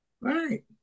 Right